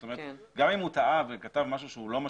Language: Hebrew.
זאת אומרת גם אם הוא טעה וכתב משהו שהוא לא משמעותי.